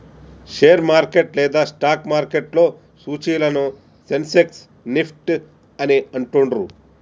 share market లేదా stock మార్కెట్లో సూచీలను సెన్సెక్స్, నిఫ్టీ అని అంటుండ్రు